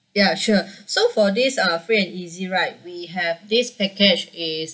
ya sure so for this uh free and easy right we have this package is